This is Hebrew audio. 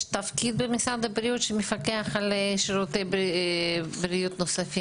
יש תפקיד במשרד הבריאות שמפקח על שירותי בריאות נוספים?